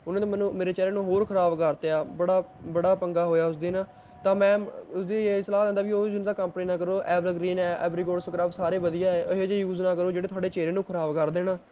ਉਹਨਾਂ ਨੇ ਮੈਨੂੰ ਮੇਰੇ ਚਿਹਰੇ ਨੂੰ ਹੋਰ ਖਰਾਬ ਕਰਤਿਆ ਬੜਾ ਬੜਾ ਪੰਗਾ ਹੋਇਆ ਉਸ ਦਿਨ ਤਾਂ ਮੈਂ ਉਸਦੀ ਇਹ ਸਲਾਹ ਦਿੰਦਾ ਵੀ ਉਹ ਕੰਪਨੀ ਨਾ ਕਰੋ ਐਵਰਗ੍ਰੀਨ ਹੈ ਐਵਰੀਕੋਰਸ ਕਰਾਸ ਸਾਰੇ ਵਧੀਆ ਹੈ ਇਹ ਜਿਹੇ ਯੂਜ਼ ਨਾ ਕਰੋ ਜਿਹੜੇ ਤੁਾਹਡੇ ਚਿਹਰੇ ਨੂੰ ਖਰਾਬ ਕਰ ਦੇਣ